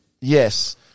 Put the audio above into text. Yes